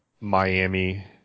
Miami